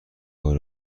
کار